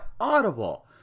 Audible